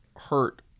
hurt